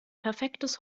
perfektes